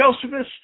Josephus